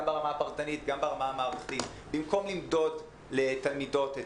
גם ברמה הפרטנית וגם ברמה המערכתית במקום למדוד לתלמידות את